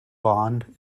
bond